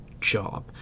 job